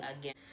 again